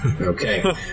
Okay